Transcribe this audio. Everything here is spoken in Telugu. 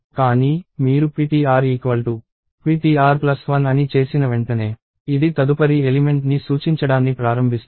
కానీ మీరు ptr ptr 1 అని చేసిన వెంటనే ఇది తదుపరి ఎలిమెంట్ ని సూచించడాన్ని ప్రారంభిస్తుంది